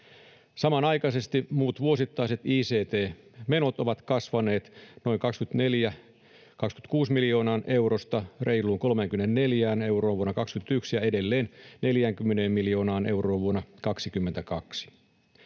Samanaikaisesti muut vuosittaiset ict-menot ovat kasvaneet noin 24—26 miljoonasta eurosta reiluun 34 miljoonaan euroon vuonna 2021 ja edelleen 40 miljoonaan euroon vuonna 2022.